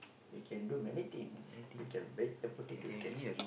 we can do many things we can bake the potato we can s~